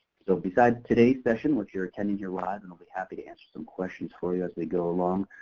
so besides today's session, which you're attending here live and we'll be happy to answer some questions for you as we go along,